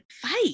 fight